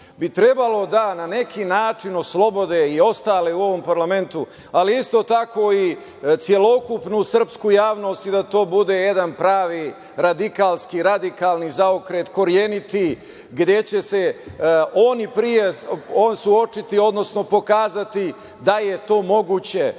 bi trebalo da na neki način oslobode i ostale u ovom parlamentu, ali isto tako i celokupnu srpsku javnost i da to bude jedan pravi radikalski, radikalni zaokret, koreniti, gde će se oni suočiti, odnosno pokazati da je to moguće. Znači,